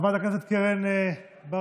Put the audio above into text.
חברת הכנסת קרן ברק,